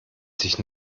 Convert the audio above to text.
sich